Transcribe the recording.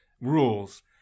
rules